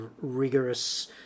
rigorous